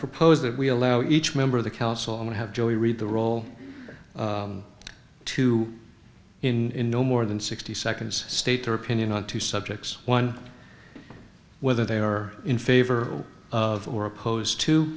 propose that we allow each member of the council and have joey read the role to in no more than sixty seconds state their opinion on two subjects one whether they are in favor of or opposed to